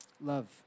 Love